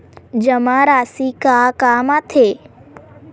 जमा राशि का काम आथे?